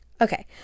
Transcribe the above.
Okay